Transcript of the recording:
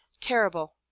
Terrible